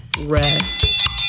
rest